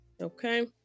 okay